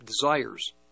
desires